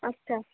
আচ্ছা